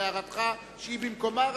על הערתך שהיא במקומה,